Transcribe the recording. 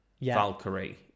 Valkyrie